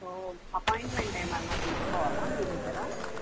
so appointment ఏమైన తీసుకోవాలా మీ దగ్గర